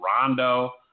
Rondo